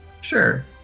Sure